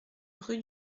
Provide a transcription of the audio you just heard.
rue